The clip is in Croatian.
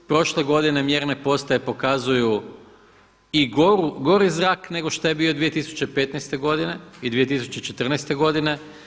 Prošle godine mjerne postaje pokazuju i gori zrak nego što je bio 2015. godine i 2014. godine.